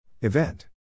Event